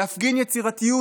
להפגין יצירתיות,